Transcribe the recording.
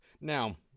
Now